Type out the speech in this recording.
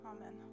Amen